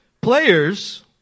Players